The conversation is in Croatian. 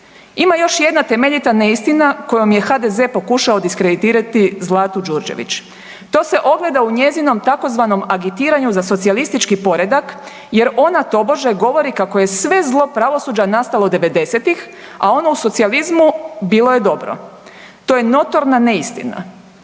Ima još jedna temeljita neistina kojom je HDZ pokušao diskreditirati Zlatu Đurđević. To se ogleda u njezinom tzv. agitiranju za socijalistički poredak, jer ona tobože govori kako je sve zlo pravosuđa nastalo 90-tih, a ono u socijalizmu bilo je dobro. To je notorna neistina,